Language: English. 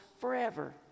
forever